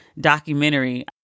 documentary